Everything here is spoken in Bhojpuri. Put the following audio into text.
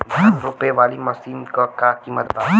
धान रोपे वाली मशीन क का कीमत बा?